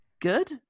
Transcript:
good